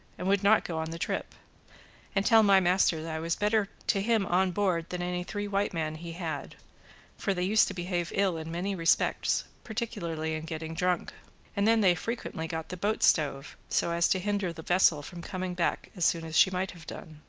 and would not go the trip and tell my master i was better to him on board than any three white men he had for they used to behave ill in many respects, particularly in getting drunk and then they frequently got the boat stove, so as to hinder the vessel from coming back as soon as she might have done.